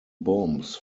bombs